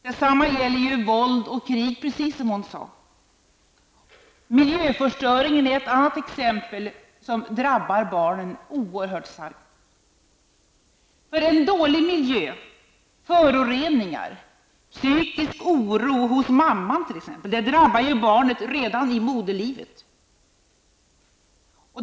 Detsamma gäller våld och krig, precis som Viola Miljöförstöringen är ett annat exempel; den drabbar barnen oerhört hårt. En dålig miljö, föroreningar, och psykisk oro hos mamman drabbar barnet redan i moderlivet.